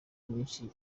myishi